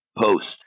Post